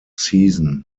season